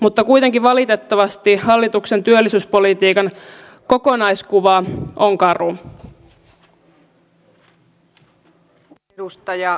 mutta kuitenkin valitettavasti hallituksen työllisyyspolitiikan kokonaiskuva on karu